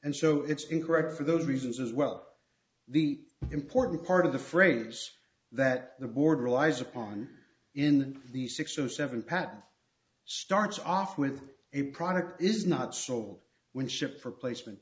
and so it's incorrect for those reasons as well the important part of the phrase that the board relies upon in the six zero seven patent starts off with a product is not sold when shipped for placement